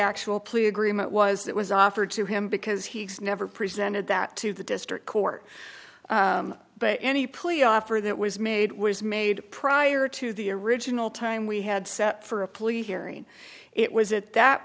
plea agreement was that was offered to him because he never presented that to the district court but any plea offer that was made was made prior to the original time we had set for a plea hearing it was at that